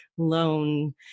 loan